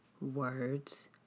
Words